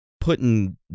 putting